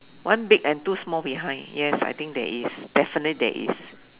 one big and two small behind yes I think there is definitely there is